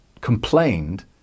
complained